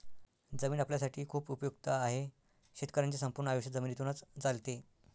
जमीन आपल्यासाठी खूप उपयुक्त आहे, शेतकऱ्यांचे संपूर्ण आयुष्य जमिनीतूनच चालते